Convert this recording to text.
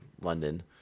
London